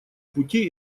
пути